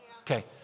Okay